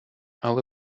але